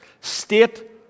State